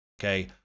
Okay